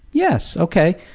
yes, okay.